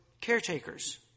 caretakers